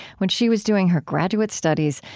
when she was doing her graduate studies,